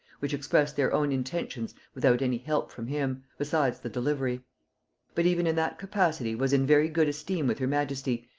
which expressed their own intentions without any help from him, besides the delivery but even in that capacity was in very good esteem with her majesty,